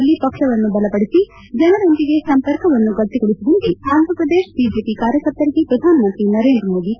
ಭೂತ್ಮಟ್ಟದಲ್ಲಿ ಪಕ್ಷವನ್ನು ಬಲಪಡಿಸಿ ಜನರೊಂದಿಗೆ ಸಂಪರ್ಕವನ್ನು ಗಟ್ಟಿಗೊಳಿಸುವಂತೆ ಆಂಥಪ್ರದೇಶ ಬಿಜೆಪಿ ಕಾರ್ಯಕರ್ತರಿಗೆ ಪ್ರಧಾನಮಂತ್ರಿ ನರೇಂದ್ರಮೋದಿ ಕರೆ